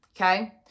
Okay